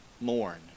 mourn